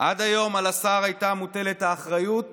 עד היום על השר הייתה מוטלת האחריות